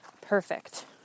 perfect